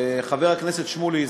חבר הכנסת שמולי,